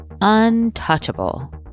untouchable